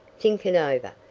think it over.